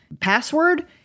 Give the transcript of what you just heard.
password